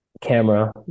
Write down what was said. camera